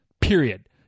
period